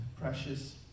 precious